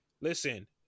listen